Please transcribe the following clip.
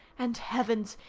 and, heavens!